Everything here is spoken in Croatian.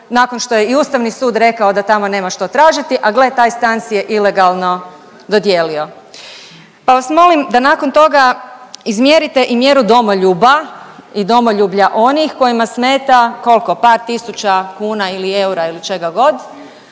nakon što je i Ustavni sud rekao da tamo nema što tražiti, a gle taj si je stan ilegalno dodijelio. Pa vas molim da nakon toga izmjerite i mjeru domoljuba i domoljublja onih kojima smeta koliko par tisuća kuna ili eura ili čega god,